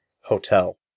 Hotel